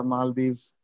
Maldives